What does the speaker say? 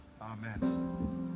Amen